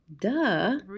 duh